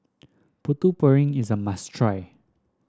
Putu Piring is a must try